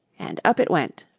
and up it went.